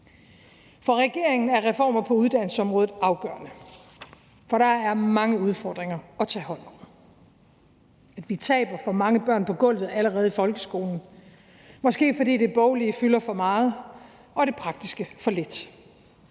For regeringen er reformer på uddannelsesområdet afgørende, for der er mange udfordringer at tage hånd om: at vi taber for mange børn allerede i folkeskolen, måske fordi det boglige fylder for meget og det praktiske for lidt;